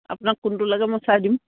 আপোনাক কোনটো লাগে মই চাই দিম